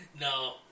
No